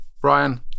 Brian